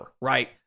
Right